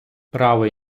право